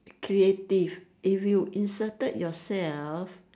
creative if you inserted yourself